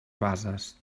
bases